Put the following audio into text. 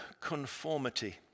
conformity